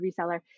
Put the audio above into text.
reseller